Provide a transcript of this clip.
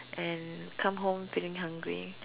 and come home feeling hungry